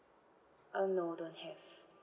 uh no don't have